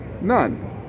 none